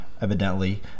evidently